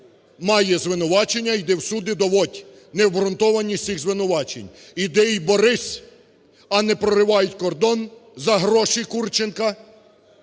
має звинувачення, іди в суд і доводь необґрунтованість цих звинувачень, іди і борись, а не проривають кордон за гроші Курченка,